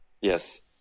Yes